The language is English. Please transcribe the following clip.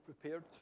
prepared